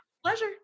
Pleasure